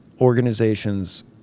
organizations